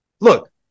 Look